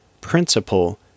principle